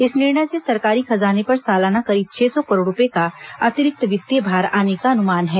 इस निर्णय से सरकारी खजाने पर सालाना करीब छह सौ करोड़ रूपये अतिरिक्त वित्तीय भार आने का अनुमान है